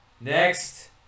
Next